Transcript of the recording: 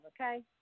Okay